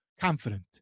confident